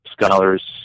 scholars